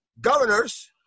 governors